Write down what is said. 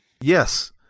Yes